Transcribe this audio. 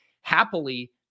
happily